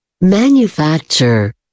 Manufacture